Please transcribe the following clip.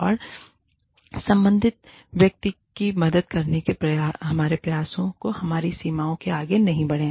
और संबंधित व्यक्ति की मदद करने के हमारे प्रयासों में हमारी सीमाओं से आगे नहीं बढ़ें